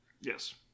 Yes